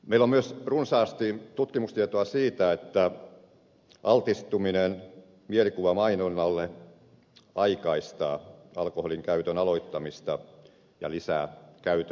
meillä on myös runsaasti tutkimustietoa siitä että altistuminen mielikuvamainonnalle aikaistaa alkoholinkäytön aloittamista ja lisää käytön määrää